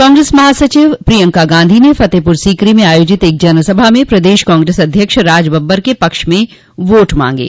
कांग्रेस महासचिव प्रियंका गांधी ने फतेहपुर सीकरी में आयोजित एक जनसभा में प्रदेश कांग्रेस अध्यक्ष राजबबर के पक्ष में वोट मांगे